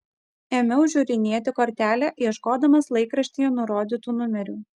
ėmiau žiūrinėti kortelę ieškodamas laikraštyje nurodytų numerių